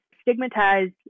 stigmatize